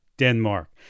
Denmark